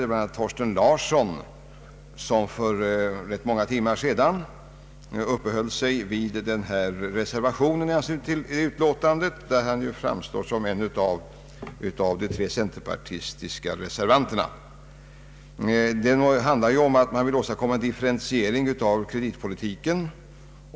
Det var herr Thorsten Larsson som för rätt många timmar sedan uppehöll sig vid reservationen till utlåtandet. Herr Thorsten Larsson är en av de tre centerpartistiska reservanterna som vill åstadkomma en differentiering av kreditpolitiken.